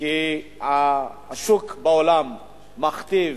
כי השוק בעולם מכתיב